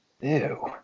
Ew